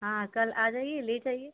हाँ कल आ जाइए ले जाइए